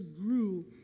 grew